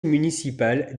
municipal